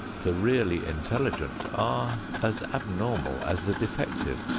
the really intelligent are as abnormal as the defective.